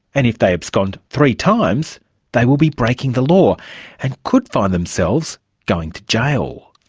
and if they abscond three times they will be breaking the law and could find themselves going to jail.